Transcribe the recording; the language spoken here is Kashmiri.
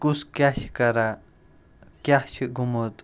کُس کیاہ چھِ کَران کیاہ چھُ گوٚمُت